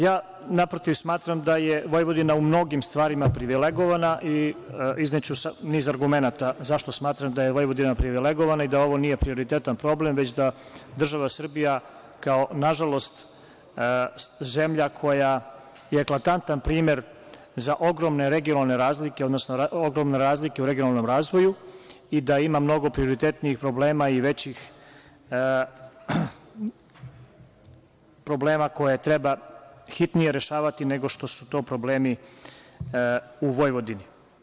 Ja naprotiv smatram da je Vojvodina u mnogim stvarima privilegovana i izneću samo, niz argumenata zašto smatram da je Vojvodina privilegovana i da ovo nije prioritetan problem, već da država Srbija, kao na žalost, zemlja koja je eklatantan primer za ogromne regionalne razlike, odnosno ogromne razlike u regionalnom razvoju i da ima mnogo prioritetnijih problema i većih problema koje treba hitnije rešavati nego što su to problemi u Vojvodini.